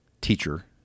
teacher